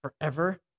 forever